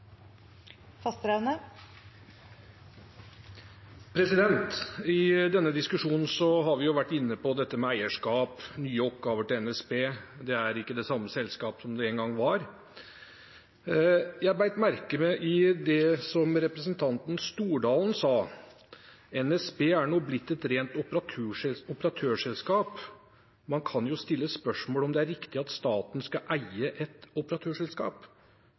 I denne diskusjonen har vi vært inne på dette med eierskap, nye oppgaver til NSB – det er ikke det samme selskapet som det en gang var. Jeg bet meg merke i det som representanten Stordalen sa: NSB er nå blitt et rent operatørselskap, man kan stille spørsmål om det er riktig at staten skal